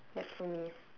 that's for me